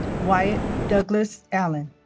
wyatt douglas allen